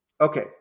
Okay